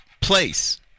place